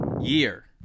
year